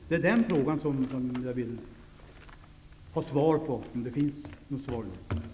Det är denna fråga jag vill ha ett svar på -- om det finns något svar.